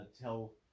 tell